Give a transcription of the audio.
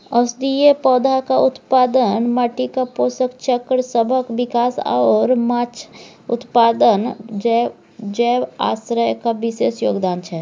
औषधीय पौधाक उत्पादन, माटिक पोषक चक्रसभक विकास आओर माछ उत्पादन जैव आश्रयक विशेष योगदान छै